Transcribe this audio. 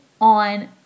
on